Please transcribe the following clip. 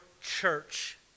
church